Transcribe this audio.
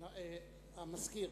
המזכיר,